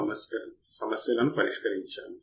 మళ్ళీ చదవండి